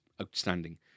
outstanding